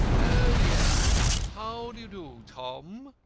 oh, yes how do you do, tom?